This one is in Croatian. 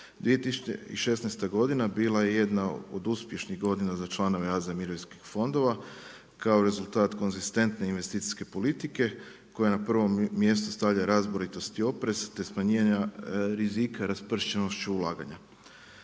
2016. godina bila je jedna od uspješnih godina za članove AZ mirovinskih fondova kao rezultat konzistentne investicijske politike koja na prvom mjestu stavlja razboritost i oprez te smanjenja rizika raspršenošću ulaganja.